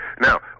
Now